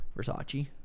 Versace